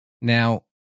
Now